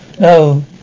No